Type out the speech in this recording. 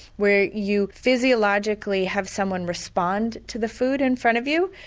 where you physiologically have someone respond to the food in front of you.